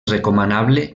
recomanable